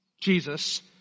Jesus